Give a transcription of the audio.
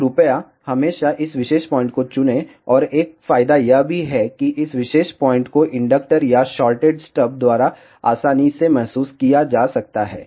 तो कृपया हमेशा इस विशेष पॉइंट को चुनें और एक फायदा यह भी है कि इस विशेष पॉइंट को इंडक्टर या शॉर्टेड स्टब द्वारा आसानी से महसूस किया जा सकता है